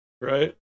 Right